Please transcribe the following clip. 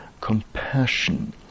compassion